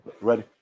Ready